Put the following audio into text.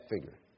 figure